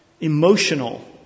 emotional